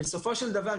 בסופו של דבר,